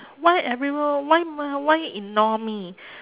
why everyone why why ignore me